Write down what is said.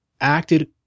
acted